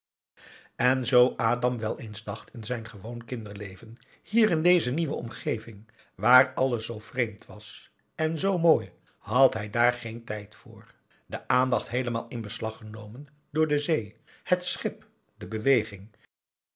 en zoo adam wel eens dacht in zijn gewoon kinderleven hier in deze nieuwe omgeving waar alles zoo vreemd was en zoo mooi had hij daar geen tijd voor de aandacht heelemaal in beslag genomen door de zee het schip de beweging